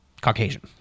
Caucasian